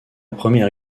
première